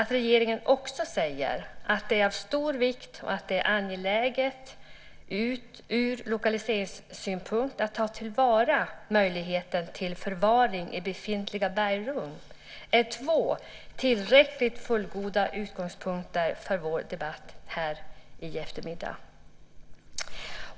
Regeringen säger också att det är av stor vikt och angeläget ur lokaliseringssynpunkt att ta till vara möjligheten till förvaring i befintliga bergrum. Det är två fullgoda utgångspunkter för vår debatt här i eftermiddag.